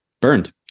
burned